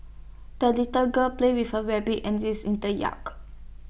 the little girl played with her rabbit and geese in the yak